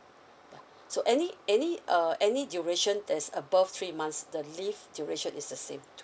ya so any any uh any duration that's above three months the leave duration is the same